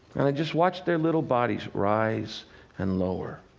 and i just watched their little bodies rise and lower,